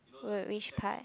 for which part